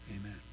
Amen